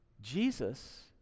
Jesus